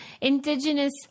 indigenous